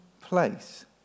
place